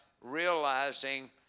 realizing